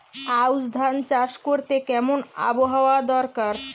আউশ ধান চাষ করতে কেমন আবহাওয়া দরকার?